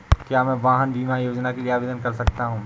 क्या मैं वाहन बीमा योजना के लिए आवेदन कर सकता हूँ?